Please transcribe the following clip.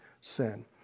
sin